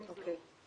כן.